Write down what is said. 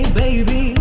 baby